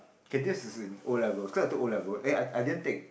K this is in O-levels cause I took O-level eh I I didn't take